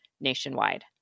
nationwide